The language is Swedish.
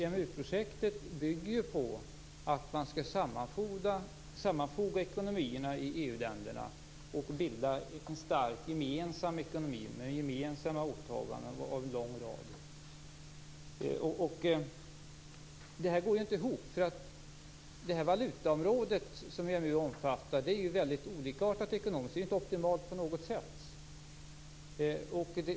EMU-projektet bygger ju på att man skall sammanfoga ekonomierna i EU-länderna och bilda en stark gemensam ekonomi med en lång rad gemensamma åtaganden. Det går inte ihop. Det valutaområde som EMU omfattar är väldigt ekonomiskt olikartat. Det är inte optimalt på något sätt.